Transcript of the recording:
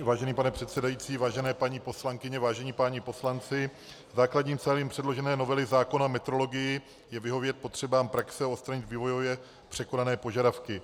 Vážený pane předsedající, vážené paní poslankyně, vážení páni poslanci, základním přáním předložené novely zákona o metrologii je vyhovět potřebám praxe a odstranit vývojově překonané požadavky.